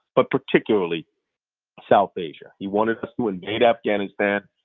but particularly south asia. he wanted us to invade afghanistan.